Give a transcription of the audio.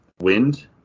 Wind